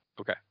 Okay